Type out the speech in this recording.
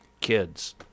Kids